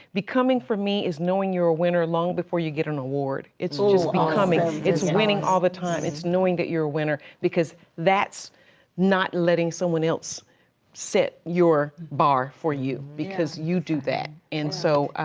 becoming for me is knowing you're a winner long before you get an award. it's just becoming. it's winning all the time. it's knowing that you're a winner. because that's not letting someone else set your bar for you because you do that. and so,